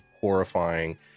horrifying